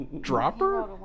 Dropper